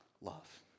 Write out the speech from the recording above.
love